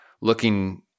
looking